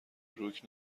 بروک